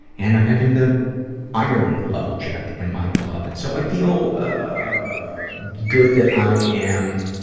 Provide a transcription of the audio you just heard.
and i'm having the iron level checked in my blood. so i feel, ah, good that i am,